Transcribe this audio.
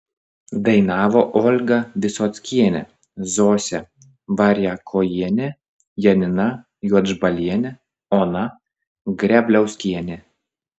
dainavo olga visockienė zosė variakojienė janina juodžbalienė ona grebliauskienė